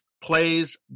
plays